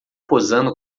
posando